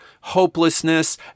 hopelessness